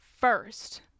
first